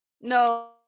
No